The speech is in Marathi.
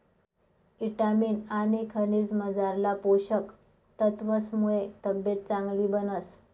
ईटामिन आनी खनिजमझारला पोषक तत्वसमुये तब्येत चांगली बनस